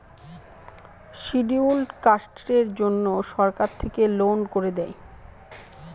scheduled কাস্টের জন্য সরকার থেকে লোন করে দেয়